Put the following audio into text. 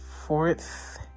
fourth